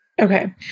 Okay